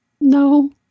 No